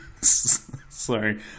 Sorry